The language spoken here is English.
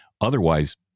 Otherwise